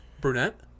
Brunette